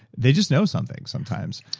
they just know something sometimes.